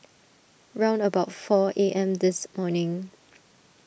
round about four A M this morning